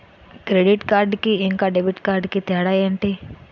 Credit card కి ఇంకా debit card కి తేడా ఏంటి?